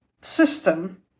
system